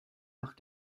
nach